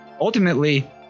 ultimately